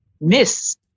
miss